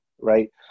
right